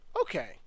Okay